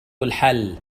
الحل